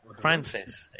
Francis